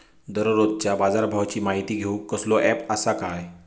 दररोजच्या बाजारभावाची माहिती घेऊक कसलो अँप आसा काय?